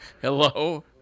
Hello